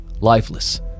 lifeless